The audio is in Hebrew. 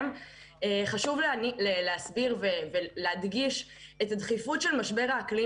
חשוב להדגיש את הדחיפות של משבר האקלים